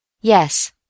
Yes